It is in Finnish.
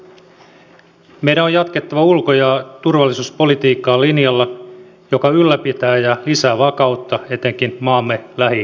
meidän on jatkettava ulko ja turvallisuuspolitiikkaa linjalla joka ylläpitää ja lisää vakautta etenkin maamme lähialueilla